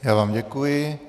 Já vám děkuji.